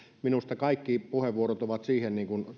minusta kaikki puheenvuorot ovat siihen